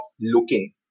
looking